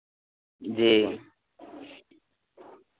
जी